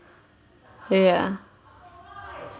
ya